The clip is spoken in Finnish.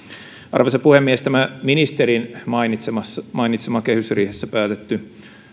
arvoisa puhemies tämä ministerin mainitsema mainitsema kehysriihessä päätetty